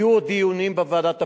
יהיו עוד דיונים בוועדת הפנים,